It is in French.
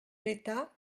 l’état